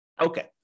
Okay